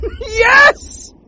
Yes